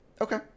Okay